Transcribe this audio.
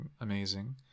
amazing